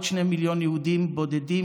עוד שני מיליון יהודים בודדים.